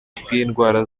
bw’indwara